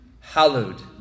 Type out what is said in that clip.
hallowed